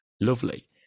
lovely